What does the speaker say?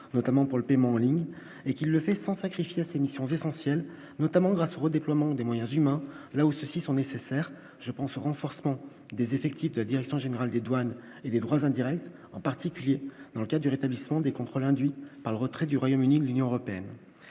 notamment pour le paiement en ligne et qu'il le fait sans sacrifier à ses missions essentielles, notamment grâce au redéploiement des moyens humains là où ceux-ci sont nécessaires, je pense au renforcement des effectifs de la direction générale des douanes et droits indirects, en particulier dans le cas du rétablissement des contrôles induit par le retrait du Royaume-Uni, de l'Union européenne,